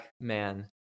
man